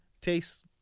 tastes